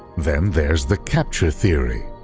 then there's the capture theory,